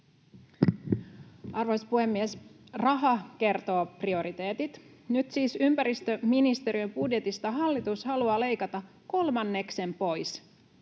Arvoisa puhemies! Raha kertoo prioriteetit. Nyt siis ympäristöministeriön budjetista hallitus haluaa leikata kolmanneksen pois.